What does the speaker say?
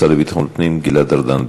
השר לביטחון הפנים גלעד ארדן.